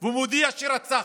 ומודיע "רצחתי".